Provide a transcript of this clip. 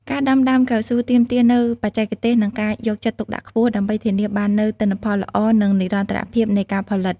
ការដាំដើមកៅស៊ូទាមទារនូវបច្ចេកទេស និងការយកចិត្តទុកដាក់ខ្ពស់ ដើម្បីធានាបាននូវទិន្នផលល្អ និងនិរន្តរភាពនៃការផលិត។